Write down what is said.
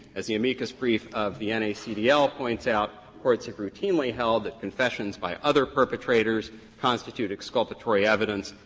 as the amicus brief of the nacdl ah points out, courts have routinely held that confessions by other perpetrators constitute exculpatory evidence,